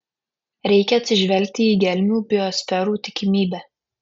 reikia atsižvelgti į gelmių biosferų tikimybę